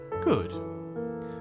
Good